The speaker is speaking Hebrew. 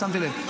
שמתי לב.